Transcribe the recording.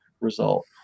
result